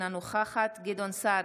אינה נוכחת גדעון סער,